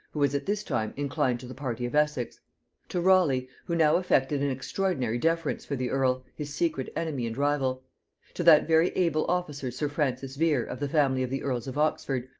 who was at this time inclined to the party of essex to raleigh, who now affected an extraordinary deference for the earl, his secret enemy and rival to that very able officer sir francis vere of the family of the earls of oxford,